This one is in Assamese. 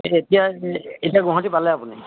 এতিয়া এতিয়া গুৱাহাটী পালে আপুনি